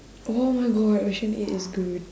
oh my god ocean eight is good